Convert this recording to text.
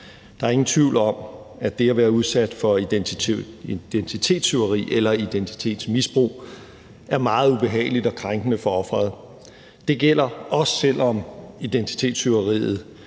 Der er ingen tvivl om, at det at være udsat for identitetstyveri eller identitetsmisbrug er meget ubehageligt og krænkende for offeret. Det gælder også, selv om identitetstyveri